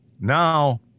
now